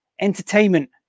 entertainment